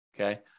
Okay